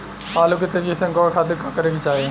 आलू के तेजी से अंकूरण खातीर का करे के चाही?